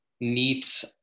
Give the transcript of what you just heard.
neat